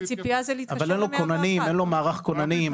אז הציפייה זה להתקשר 101. אבל אין לו מערך כוננים,